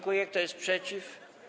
Kto jest przeciw?